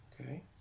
Okay